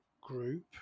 group